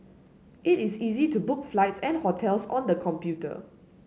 it is easy to book flights and hotels on the computer